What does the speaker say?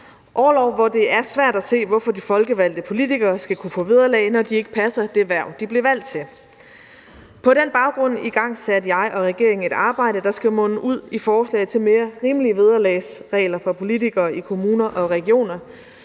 orlov, hvor det er svært at se, hvorfor de folkevalgte politikere skal kunne få vederlag, når de ikke passer det hverv, de er blevet valgt til. På den baggrund igangsatte jeg og regeringen et arbejde, der skal munde ud i forslag til mere rimelige vederlagsregler for politikere i kommuner og regioner.